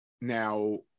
now